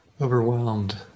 overwhelmed